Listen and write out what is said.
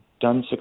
done